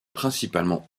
principalement